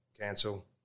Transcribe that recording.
cancel